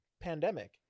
Pandemic